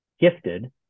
gifted